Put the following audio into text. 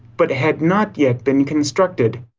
but had not yet been constructed.